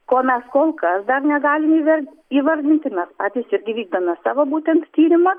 ko mes kol kas dar negalim įvar įvardinti mes patys irgi vykdom savo būtent tyrimą